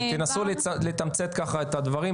תנסו לתמצת ככה את הדברים.